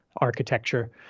architecture